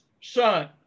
Son